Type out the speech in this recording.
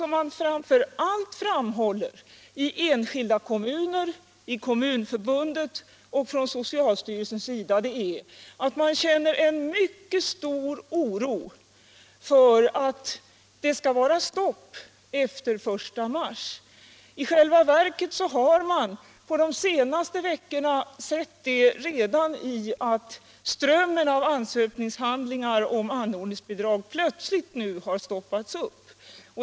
Men vad enskilda kommuner, Kommunförbundet och socialstyrelsen framför allt framhåller är att man känner en mycket stark oro för att det skall bli ett stopp efter den 1 mars. I själva verket har man de senaste veckorna kunnat märka att strömmen av ansökningshandlingar om anordningsbidrag plötsligt har stoppats upp.